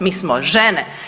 Mi smo žene.